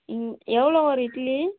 ம் எவ்வளோ ஒரு இட்லி